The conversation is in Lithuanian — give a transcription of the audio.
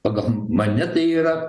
pagal mane tai yra